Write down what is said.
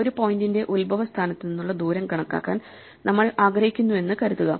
ഒരു പോയിന്റിന്റെ ഉത്ഭവസ്ഥാനത്തു നിന്നുള്ള ദൂരം കണക്കാക്കാൻ നമ്മൾ ആഗ്രഹിക്കുന്നുവെന്ന് കരുതുക